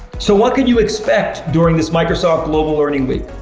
so what could you expect during this microsoft global learning week?